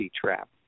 trap